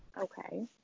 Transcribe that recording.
okay